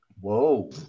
Whoa